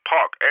Park